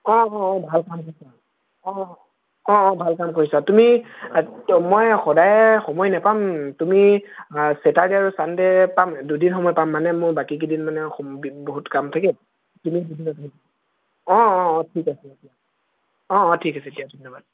অঁ ভাল ভাল অঁ অঁ ভাল কাম কৰিছা তুমি মই সদায় সময় নেপাম তুমি ছেটাৰডে' আৰু ছানডে' পাম দুদিন সময় পাম মানে মোৰ বাকীকেইদিন মানে বহুত কাম থাকে অঁ অঁ ঠিক আছে অঁ অঁ ঠিক আছে দিয়া ধন্যবাদ